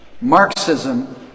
Marxism